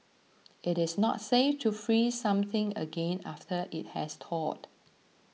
it is not safe to freeze something again after it has thawed